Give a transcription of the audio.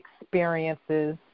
experiences